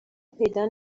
پیدا